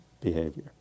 behavior